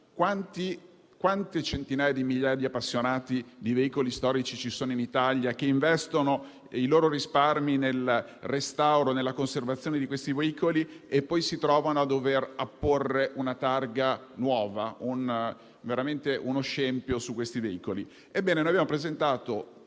Quante centinaia di migliaia di appassionati di veicoli storici ci sono in Italia che investono i loro risparmi nel restauro e nella conservazione di detti veicoli e poi si trovano a dover apporre una targa nuova, che è veramente uno scempio su di essi?